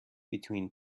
between